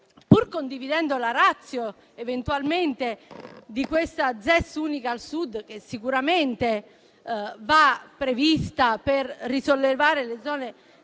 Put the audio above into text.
Pur condividendo la *ratio* eventualmente di questa ZES unica al Sud, che sicuramente va prevista per risollevare le zone